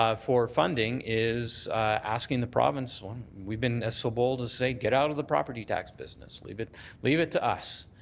um for funding, is asking the province we've been so bold to say get out of the property tax business. leave it leave it to us.